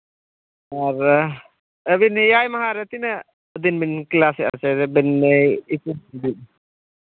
ᱟᱨ ᱟᱹᱵᱤᱱ ᱮᱭᱟᱭ ᱢᱟᱦᱟᱨᱮ ᱛᱤᱱᱟᱹᱜ ᱫᱤᱱ ᱵᱤᱱ ᱠᱞᱟᱥᱮᱫᱼᱟ ᱥᱮ ᱟᱹᱵᱤᱱ ᱮᱠᱩᱥ ᱫᱤᱱ